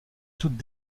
toutes